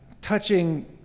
touching